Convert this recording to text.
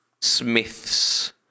Smiths